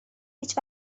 هیچ